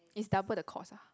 it's double the cost ah